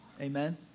Amen